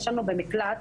ישנו במקלט,